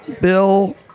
Bill